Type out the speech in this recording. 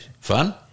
Fun